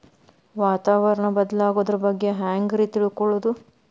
ವಾತಾವರಣ ಬದಲಾಗೊದ್ರ ಬಗ್ಗೆ ಹ್ಯಾಂಗ್ ರೇ ತಿಳ್ಕೊಳೋದು?